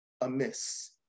amiss